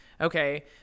okay